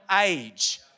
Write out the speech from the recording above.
age